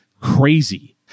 crazy